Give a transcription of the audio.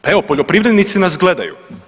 Pa evo poljoprivrednici nas gledaju.